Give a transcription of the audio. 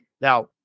Now